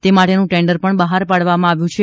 તે માટેનું ટેન્ડર પણ બહાર પાડવામાં આવ્યું છે